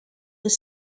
was